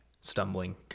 stumbling